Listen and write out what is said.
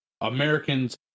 Americans